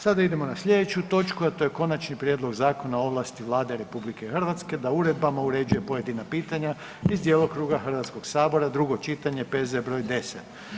Sada idemo na sljedeću točku, a to je: - Konačni prijedlog Zakona o ovlasti Vlade RH da uredbama uređuje pojedina pitanja iz djelokruga Hrvatskog sabora, drugo čitanje, P.Z. broj 10.